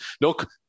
look